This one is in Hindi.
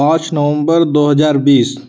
पाँच नौम्बर दो हज़ार बीस